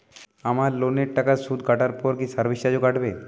আমার লোনের টাকার সুদ কাটারপর কি সার্ভিস চার্জও কাটবে?